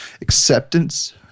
acceptance